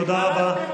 תודה רבה,